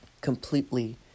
completely